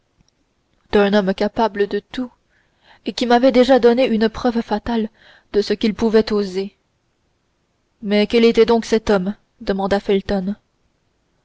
d'un homme capable de tout et qui m'avait déjà donné une preuve fatale de ce qu'il pouvait oser mais quel était donc cet homme demanda felton